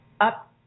up